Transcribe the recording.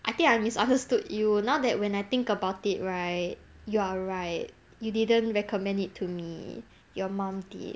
I think I misunderstood you now that when I think about it right you are right you didn't recommend it to me your mum did